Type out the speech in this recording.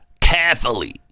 carefully